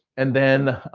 and then.